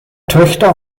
töchter